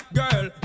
girl